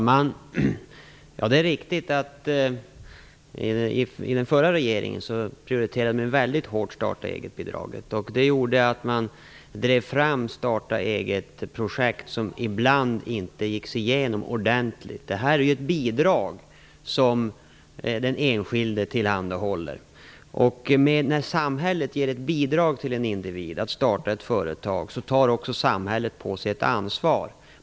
Fru talman! Det är riktigt att den förra regerignen väldigt hårt prioriterade starta-eget-bidraget. Det gjorde att man drev fram starta-eget-projekt som ibland inte gicks igenom ordentligt. Det här är ett bidrag som den enskilde tilhandahålles. När samhället ger ett bidrag till en individ att starta ett företag tar också samhället på sig ett ansvar.